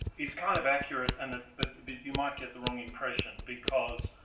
is kind of accurate, and that, but you might get the wrong impression. because,